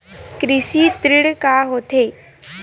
कृषि ऋण का होथे?